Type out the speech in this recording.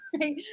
right